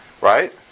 Right